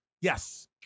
Yes